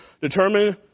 determine